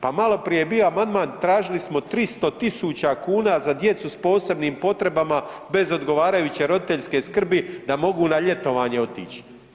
Pa maloprije je bio amandman, tražili smo 300.000 kuna za djecu s posebnim potrebama bez odgovarajuće roditeljske skrbi da mogu na ljetovanje otići.